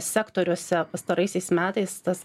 sektoriuose pastaraisiais metais tas